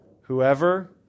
Whoever